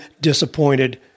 disappointed